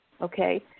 okay